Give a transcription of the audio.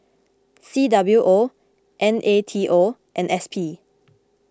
C W O N A T O and S P